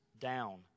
down